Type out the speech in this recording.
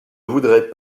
voudrais